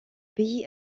pays